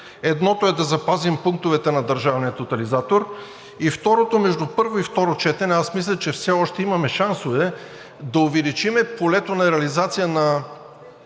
Едното е да запазим пунктовете на Държавния тотализатор, и второто, между първо и второ четене, аз мисля, че все още имаме шансове да увеличим полето на реализация на